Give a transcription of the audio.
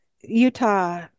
Utah